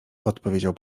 odpowiedział